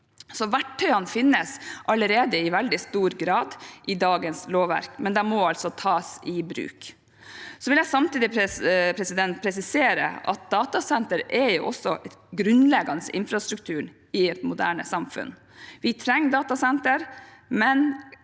Verktøyene finnes allerede i veldig stor grad i dagens lovverk, men de må altså tas i bruk. Samtidig vil jeg presisere at datasentre er også grunnleggende infrastruktur i et moderne samfunn. Vi trenger datasentre, men